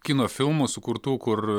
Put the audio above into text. kino filmų sukurtų kur